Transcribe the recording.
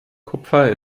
kupfer